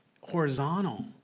horizontal